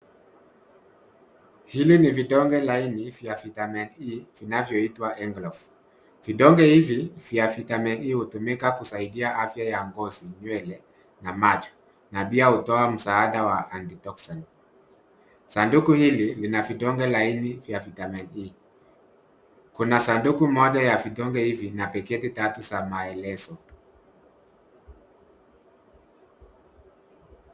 Hivi ni vidonge laini vya Vitamin E vinavyoitwa Envelope . Vidonge hivi vya Vitamin E hutumika kusaidia afya ya ngozi, nywele, na macho, na pia kutoa msaada wa antitoxin . Sanduku hili lina vidonge laini vya Vitamin E. Kuna sanduku moja ya vidonge hivi na viketi tatu za maelezo.